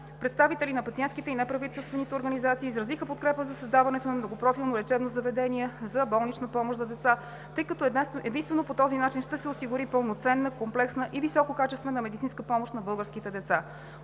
Представителите на пациентските и неправителствените организации изразиха подкрепа за създаването на многопрофилно лечебно заведение за болнична помощ за деца, тъй като единствено по този начин ще се осигури пълноценна, комплексна и висококачествена медицинска помощ на българските деца.